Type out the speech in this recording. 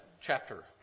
chapter